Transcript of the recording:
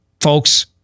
folks